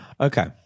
Okay